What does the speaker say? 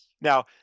Now